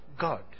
God